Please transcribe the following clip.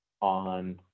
on